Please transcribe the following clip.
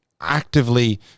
actively